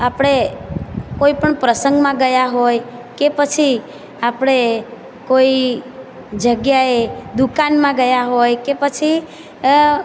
આપણે કોઈપણ પ્રસંગમાં ગયાં હોય કે પછી આપણે કોઈ જગ્યાએ દુકાનમાં ગયાં હોય કે પછી